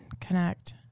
connect